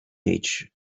each